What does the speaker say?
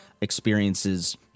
experiences